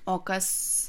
o kas